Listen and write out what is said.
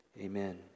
amen